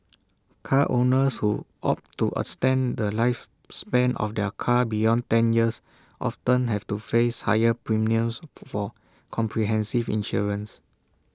car owners who opt to extend the lifespan of their car beyond ten years often have to face higher premiums for comprehensive insurance